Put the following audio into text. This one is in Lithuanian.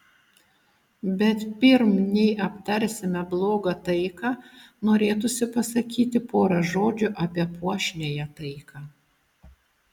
bet pirm nei aptarsime blogą taiką norėtųsi pasakyti porą žodžių apie puošniąją taiką